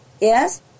yes